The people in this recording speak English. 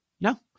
No